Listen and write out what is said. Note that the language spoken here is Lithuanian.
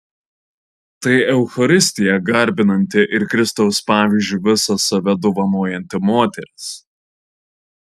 tai eucharistiją garbinanti ir kristaus pavyzdžiu visą save dovanojanti moteris